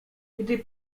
gdy